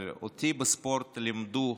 אבל אותי בספורט לימדו,